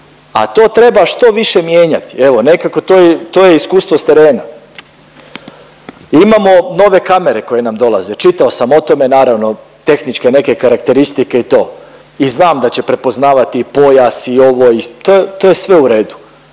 a to treba što više mijenjati. Evo nekako to je iskustvo s terena. Imamo nove kamere koje nam dolaze, čitao sam o tome naravno tehničke neke karakteristike i to i znam da će prepoznavati i pojas i ovo i to je sve u redu,